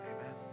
Amen